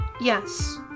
Yes